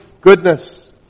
goodness